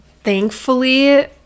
thankfully